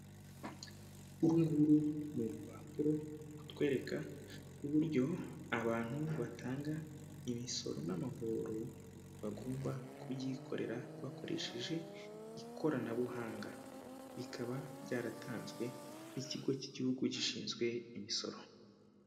Uru nguru ni urupapuro rutwereka uburyo abantu batanga imisoro n'amahoro bagomba kubyikorera bakoresheje ikoranabuhanga, bikaba ryaratanzwe n'ikigo cy'igihugu gishinzwe imisoro.